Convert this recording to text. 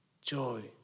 joy